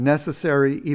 Necessary